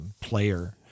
player